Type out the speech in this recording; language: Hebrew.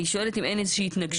אני שואלת אם אין איזה שהיא התנגשות